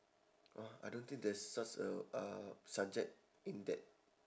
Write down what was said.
ah I don't think there's such a uh subject in that